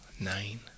nine